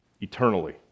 eternally